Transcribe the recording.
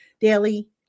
daily